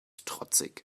trotzig